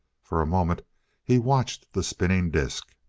for a moment he watched the spinning disk.